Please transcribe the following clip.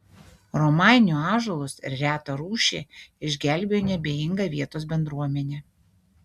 romainių ąžuolus ir retą rūšį išgelbėjo neabejinga vietos bendruomenė